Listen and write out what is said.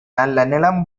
நல்ல